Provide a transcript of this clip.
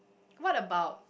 what about